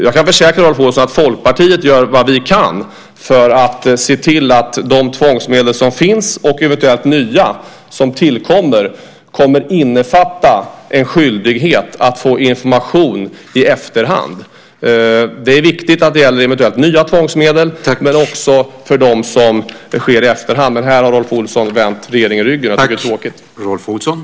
Jag kan försäkra Rolf Olsson att Folkpartiet gör vad de kan för att se till att de tvångsmedel som finns och eventuella nya som tillkommer kommer att innefatta en skyldighet att informera i efterhand. Det är viktigt att det gäller eventuella nya tvångsmedel men också sådana där det sker i efterhand. Men här har Rolf Olsson vänt regeringen ryggen. Jag tycker att det är tråkigt.